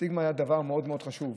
הסטיגמה הייתה דבר מאוד מאוד חשוב,